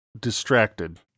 distracted